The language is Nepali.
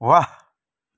वाह